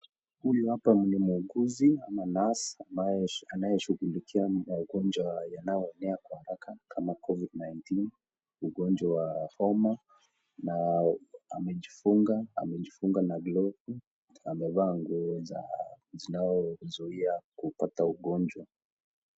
Huyu hapa ni muuguzi ama nurse ambaye anayeshughulikia magonjwa yanayoenea kwa haraka kama Covid-19,ugonjwa wa homa na amejifunga, amejifunga na glovu, amevaa nguo zinazozuia kupata ugonjwa.